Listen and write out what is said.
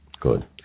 Good